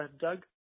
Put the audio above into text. Doug